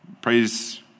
Praise